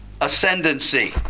ascendancy